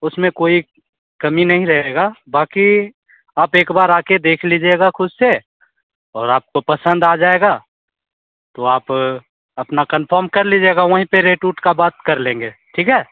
उसमें कोई कमी नहीं रहेगा बाकी आप एक बार आकर देख लीजिएगा खुद से और आपको पसंद आ जाएगा तो आप अपना कंफर्म कर लीजिएगा वहीं पर रेट उट का बात कर लेंगे ठीक है